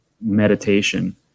meditation